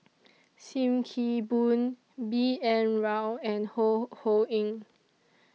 SIM Kee Boon B N Rao and Ho Ho Ying